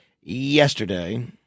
yesterday